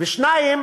ו-2.